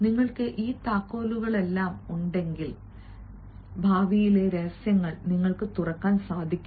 നിങ്ങൾക്ക് ഈ താക്കോലുകളെല്ലാം ഉണ്ടെങ്കിൽ ഭാവിയിലെ രഹസ്യങ്ങൾ നിങ്ങൾക്ക് തുറക്കാൻ ആകും